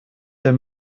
der